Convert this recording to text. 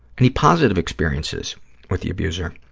any positive experiences with the abuser?